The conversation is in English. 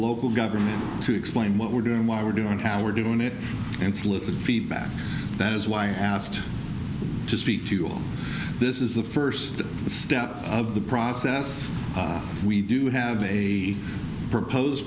local government to explain what we're doing why we're doing how we're doing it and solicit feedback that is why i asked to speak to all this is the first step of the process we do have a proposed